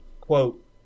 quote